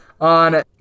on